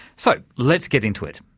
so, let's get into it,